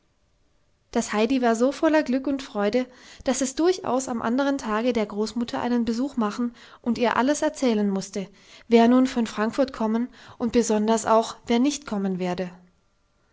das heidi war so voller glück und freude daß es durchaus am andern tage der großmutter einen besuch machen und ihr alles erzählen mußte wer nun von frankfurt kommen und besonders auch wer nicht kommen werde